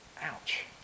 Ouch